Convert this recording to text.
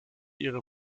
ihre